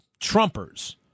Trumpers